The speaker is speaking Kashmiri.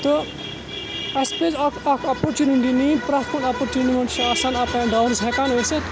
تہٕ اَسہِ پَزِ اَکھ اَکھ اپورچُنِٹی نِنۍ پرٮ۪تھ کُنہِ اَپورچُنِٹی یِمَن چھِ آسان اَپس اینٛڈ داونٕز ہیٚکان ٲسِتھ